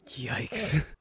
Yikes